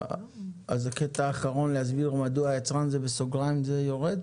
אז את הקטע האחרון להסביר מדוע היצרן זה בסוגריים זה יורד?